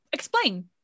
explain